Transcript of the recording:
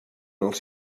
als